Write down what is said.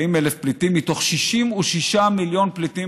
40,000 פליטים מתוך 66 מיליון פליטים